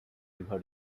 river